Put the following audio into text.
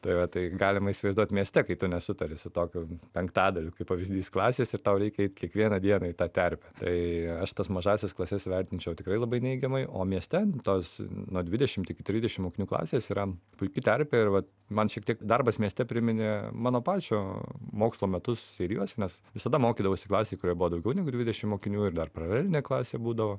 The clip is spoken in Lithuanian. tai va tai galima įsivaizduot mieste kai tu nesutari su tokiu penktadaliu kaip pavyzdys klasės ir tau reikia eit kiekvieną dieną į tą terpę tai aš tas mažąsias klases vertinčiau tikrai labai neigiamai o mieste tos nuo dvidešimt iki trisdešimt mokinių klasės yra puiki terpė ir va man šiek tiek darbas mieste priminė mano pačio mokslo metus ir juos nes visada mokydavausi klasėj kurioje buvo daugiau negu dvidešim mokinių ir dar paralelinė klasė būdavo